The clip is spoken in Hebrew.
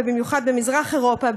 ובמיוחד במזרח אירופה,